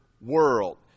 world